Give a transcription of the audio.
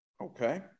Okay